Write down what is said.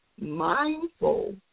mindful